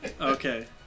Okay